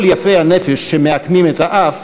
כל יפי הנפש שמעקמים את האף,